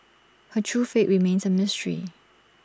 her true fate remains A mystery